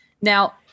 Now